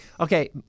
okay